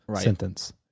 sentence